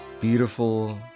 beautiful